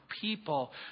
people